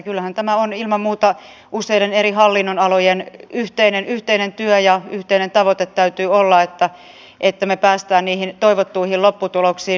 kyllähän tämä on ilman muuta useiden eri hallinnonalojen yhteinen työ ja yhteinen tavoite täytyy olla että me pääsemme niihin toivottuihin lopputuloksiin